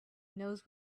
knows